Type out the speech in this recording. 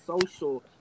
Social